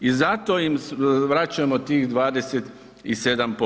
I zato im vraćamo tih 27%